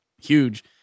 huge